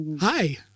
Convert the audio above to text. hi